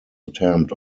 attempt